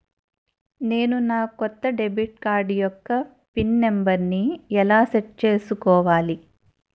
నేను నా కొత్త డెబిట్ కార్డ్ యెక్క పిన్ నెంబర్ని ఎలా సెట్ చేసుకోవాలి?